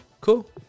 Cool